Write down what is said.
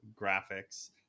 graphics